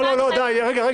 לא, די, רגע.